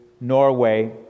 Norway